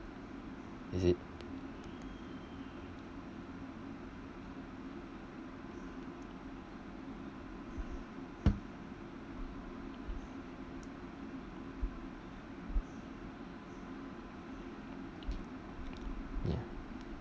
is it ya